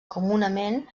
comunament